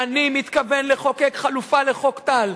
אני מתכוון לחוקק חלופה לחוק טל.